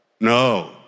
no